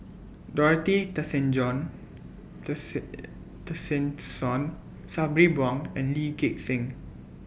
Dorothy Tessen John Tessensohn Sabri Buang and Lee Gek Seng